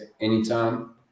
anytime